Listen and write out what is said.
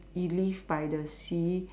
he live by the sea